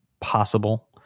possible